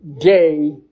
gay